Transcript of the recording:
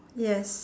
yes